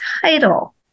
title